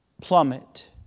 plummet